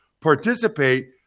participate